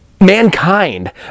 mankind